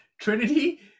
Trinity